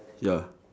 ya